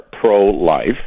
pro-life